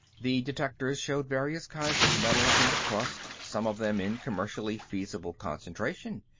the detectors showed various kinds of metals in the crust, some of them in commercially feasible concentration.